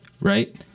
right